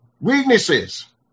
weaknesses